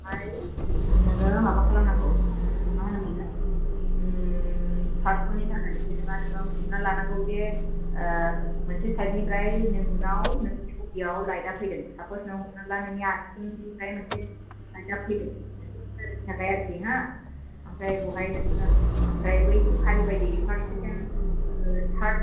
बहाय नोङो माबा खालाम नांगौ उम माहोनोमोनलाय उम फार्स्ट ट'ननि थाखाय जेन'बा नोङो हमनानै लानांगौ जे मोनसे साइडनिफ्राय नोंनाव नोंनि सबिआव लाइटा फैदों साप'स नों हमनानैला नोंनि आथिंनिफ्राय मोनसे लाइटा फैगोन आरोखि हा आमफ्राय बहाय नोङो आमफ्राय बै फारि बायदि फार्स्टनि सेकेन्ड थार्ड